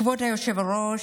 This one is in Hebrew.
כבוד היושב-ראש,